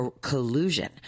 collusion